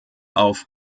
auf